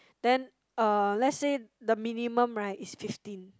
then uh let's say the minimum right is fifteen